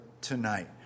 tonight